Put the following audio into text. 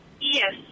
Yes